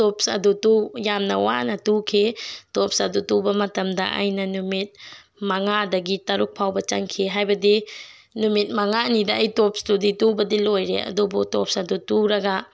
ꯇꯣꯞꯁ ꯑꯗꯨ ꯌꯥꯝꯅ ꯋꯥꯅ ꯇꯨꯈꯤ ꯇꯣꯞꯁ ꯑꯗꯨ ꯇꯨꯕ ꯃꯇꯝꯗ ꯑꯩꯅ ꯅꯨꯃꯤꯠ ꯃꯉꯥꯗꯒꯤ ꯇꯔꯨꯛ ꯐꯥꯎꯕ ꯆꯪꯈꯤ ꯍꯥꯏꯕꯗꯤ ꯅꯨꯃꯤꯠ ꯃꯉꯥꯅꯤꯗ ꯑꯩ ꯇꯣꯞꯁꯇꯨꯗꯤ ꯇꯨꯕꯗꯤ ꯂꯣꯏꯔꯦ ꯑꯗꯨꯕꯨ ꯇꯣꯞꯁ ꯑꯗꯨ ꯇꯨꯔꯒ